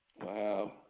Wow